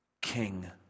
king